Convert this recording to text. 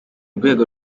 rwego